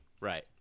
Right